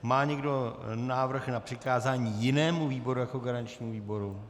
Má někdo návrh na přikázání jinému výboru jako garančnímu výboru?